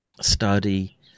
study